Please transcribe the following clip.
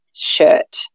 shirt